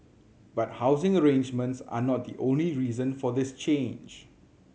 but housing arrangements are not the only reason for this change